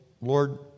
Lord